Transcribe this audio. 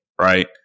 Right